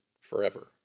forever